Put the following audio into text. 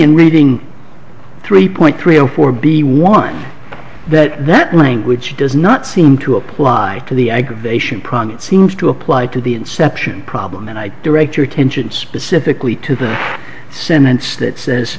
in reading three point three zero four b won that that language does not seem to apply to the aggravation product seems to apply to the inception problem and i direct your attention specifically to the sentence that says